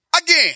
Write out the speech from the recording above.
again